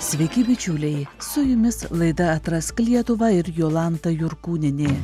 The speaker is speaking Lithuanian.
sveiki bičiuliai su jumis laida atrask lietuvą ir jolanta jurkūnienė